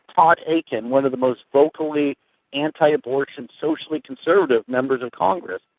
todd akin, one of the most vocally anti-abortion, socially conservative members of congress.